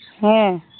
ᱦᱮᱸ